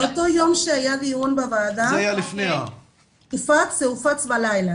באותו יום שהיה דיון בוועדה זה הופץ בלילה.